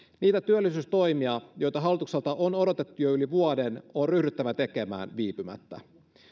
niitä työllisyystoimia joita hallitukselta on odotettu jo yli vuoden on ryhdyttävä tekemään viipymättä